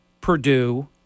Purdue